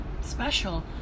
special